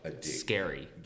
scary